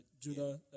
Judah